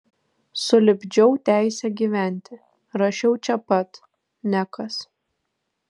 sulipdžiau teisę gyventi rašiau čia pat nekas